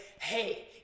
hey